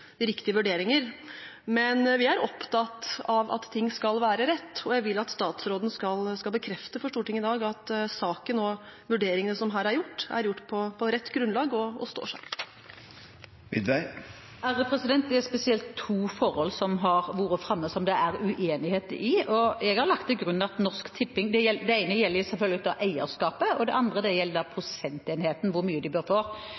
har gjort riktige vurderinger, men vi er opptatt av at ting skal være rett, og jeg vil at statsråden skal bekrefte for Stortinget i dag at vurderingene som her er gjort i saken, er gjort på rett grunnlag og står seg. Det er spesielt to forhold som har vært framme, som det er uenighet om. Det ene gjelder selvfølgelig eierskapet, og det andre gjelder prosentenheten, hvor mye de bør få. Jeg har lagt til grunn at Norsk Tipping og ExtraStiftelsen eier spillet i fellesskap, og